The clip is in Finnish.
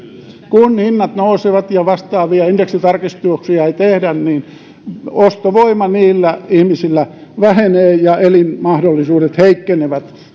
kun hinnat nousevat ja vastaavia indeksitarkistuksia ei tehdä ostovoima niillä ihmisillä vähenee ja elinmahdollisuudet heikkenevät